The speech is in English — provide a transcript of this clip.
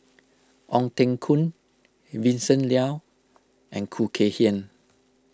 Ong Teng Koon Vincent Leow and Khoo Kay Hian